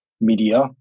media